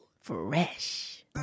Fresh